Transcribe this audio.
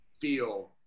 feel